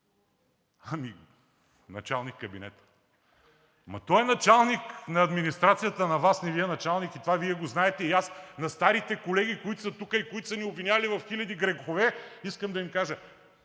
ами началник-кабинетът. Той е началник на администрацията. На Вас не Ви е началник и това Вие го знаете. На старите колеги, които са тук и които са ни обвинявали в хиляди грехове, искам да им кажа: